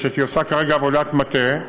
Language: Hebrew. היא עושה כרגע עבודת מטה,